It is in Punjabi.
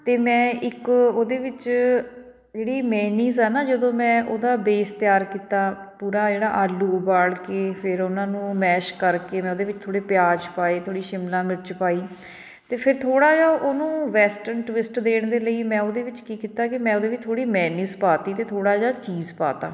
ਅਤੇ ਮੈਂ ਇੱਕ ਉਹਦੇ ਵਿੱਚ ਜਿਹੜੀ ਮੈਨੀਜ਼ ਆ ਨਾ ਜਦੋਂ ਮੈਂ ਉਹਦਾ ਬੇਸ ਤਿਆਰ ਕੀਤਾ ਪੂਰਾ ਜਿਹੜਾ ਆਲੂ ਉਬਾਲ ਕੇ ਫਿਰ ਉਹਨਾਂ ਨੂੰ ਮੈਸ਼ ਕਰਕੇ ਮੈਂ ਉਹਦੇ ਵਿੱਚ ਥੋੜ੍ਹੇ ਪਿਆਜ਼ ਪਾਏ ਥੋੜ੍ਹੀ ਸ਼ਿਮਲਾ ਮਿਰਚ ਪਾਈ ਅਤੇ ਫਿਰ ਥੋੜ੍ਹਾ ਜਿਹਾ ਉਹਨੂੰ ਵੈਸਟਰਨ ਟਵਿਸਟ ਦੇਣ ਦੇ ਲਈ ਮੈਂ ਉਹਦੇ ਵਿੱਚ ਕੀ ਕੀਤਾ ਕਿ ਮੈਂ ਉਹਦੇ ਵਿੱਚ ਥੋੜ੍ਹੀ ਮੈਨੀਜ਼ ਪਾ ਤੀ ਅਤੇ ਥੋੜ੍ਹਾ ਜਿਹਾ ਚੀਜ਼ ਪਾਤਾ